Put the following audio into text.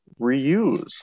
reuse